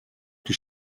die